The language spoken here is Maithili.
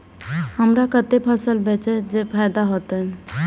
हमरा कते फसल बेचब जे फायदा होयत?